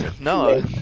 No